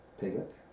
Piglet